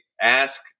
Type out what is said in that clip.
ask